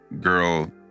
girl